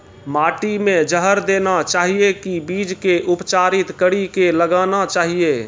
माटी मे जहर देना चाहिए की बीज के उपचारित कड़ी के लगाना चाहिए?